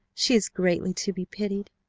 she is greatly to be pitied!